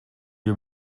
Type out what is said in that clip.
you